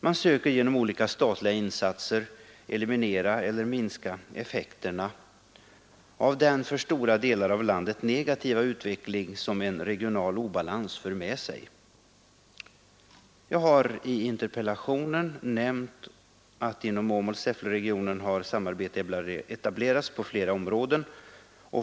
Man söker ju genom olika statliga insatser eliminera eller minska effekterna av den för stora delar av landet negativa utveckling som en regional obalans för med sig. Jag har i interpellationen nämnt att inom Åmål-Säffle-regionen har samarbete etablerats på flera områden.